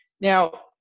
Now